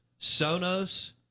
sonos